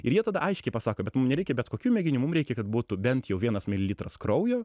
ir jie tada aiškiai pasako bet mum nereikia bet kokių mėginių mum reikia kad būtų bent jau vienas mililitras kraujo